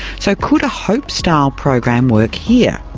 so could a hope-style program work here?